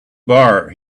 bar